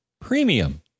Premium